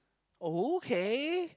okay